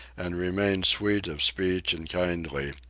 and remain sweet of speech and kindly,